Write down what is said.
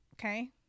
okay